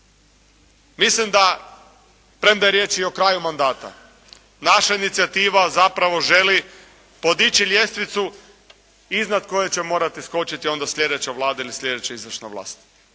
Mislim da, premda je riječ i o kraju mandata, naša inicijativa zapravo želi podići ljestvicu iznad koje će morati skočiti onda sljedeća Vlada ili sljedeća izvršna vlast.